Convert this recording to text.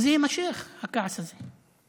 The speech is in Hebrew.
וזה יימשך, הכעס הזה.